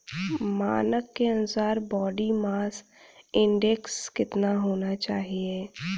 मानक के अनुसार बॉडी मास इंडेक्स कितना होना चाहिए?